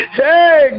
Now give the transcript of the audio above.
hey